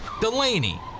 Delaney